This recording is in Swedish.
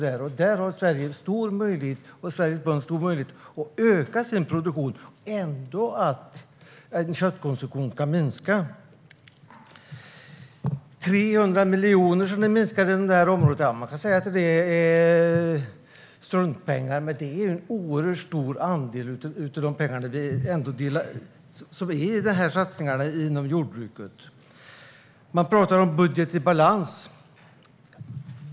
Där har Sveriges bönder en stor möjlighet att öka sin produktion fastän köttkonsumtionen ska minska. Det är 300 miljoner som ni minskar på det här området. Man kan säga att det är struntpengar. Men det är en oerhört stor andel av de pengar som finns för de här satsningarna inom jordbruket. Ni talar om budget i balans.